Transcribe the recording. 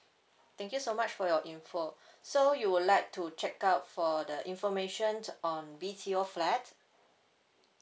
thank you so much for your info so you would like to check out for the information on B_T_O flat